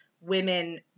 women